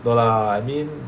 no lah I mean